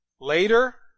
later